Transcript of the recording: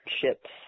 ships